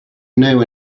know